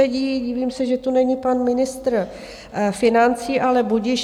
Divím se, že tu není pan ministr financí, ale budiž.